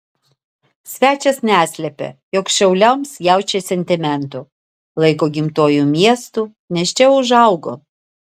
svečias neslėpė jog šiauliams jaučia sentimentų laiko gimtuoju miestu nes čia užaugo